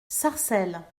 sarcelles